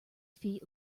feet